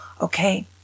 Okay